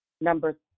Number